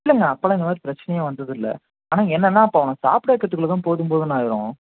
இல்லைங்க அப்போல்லாம் இந்தமாதிரி பிரச்சனையே வந்ததில்லை ஆனா என்னென்னா இப்போ அவனை சாப்பிட வைக்கிறதுக்குள்ளேதான் போதும்போதும்ன்னு ஆயிடும்